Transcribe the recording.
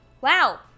Wow